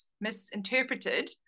misinterpreted